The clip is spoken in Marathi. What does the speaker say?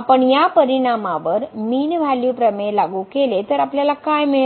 आपण या परिणामावर मीन व्हॅल्यू प्रमेय लागू केले तर आपल्याला काय मिळेल